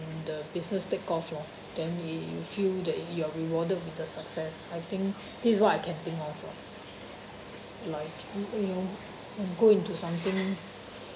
when the business take off lor then you you feel that you're rewarded with the success I think this what I can think of lah like you you go into something